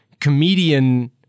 comedian